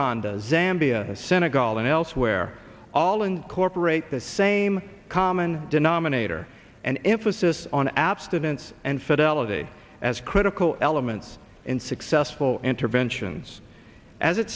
a zambia senegal and elsewhere all incorporate the same common denominator an emphasis on abstinence and fidelity as critical elements in successful interventions as it